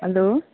hello